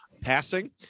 Passing